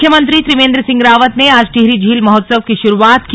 मुख्यमंत्री त्रिवेंद्र सिंह रावत ने आज टिहरी झील महोत्सव की शुरुआत की